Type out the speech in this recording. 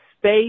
Space